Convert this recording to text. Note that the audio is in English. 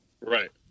Right